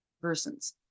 persons